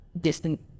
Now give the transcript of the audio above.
distant